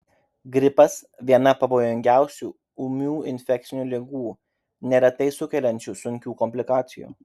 gripas viena pavojingiausių ūmių infekcinių ligų neretai sukeliančių sunkių komplikacijų